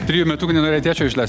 trijų metukų nenorėjai tėčio išleist